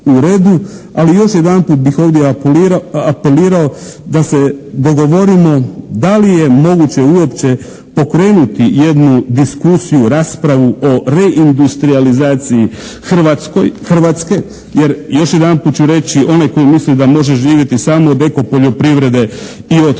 ali još jedanput bih ovdje apelirao da se dogovorimo da li je moguće uopće pokrenuti jednu diskusiju, raspravu o reindustrijalizaciji Hrvatske jer još jedanput ću reći onaj koji misli da može živjeti samo od eko poljoprivrede i od turizma